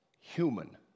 human